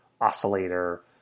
oscillator